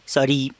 Sorry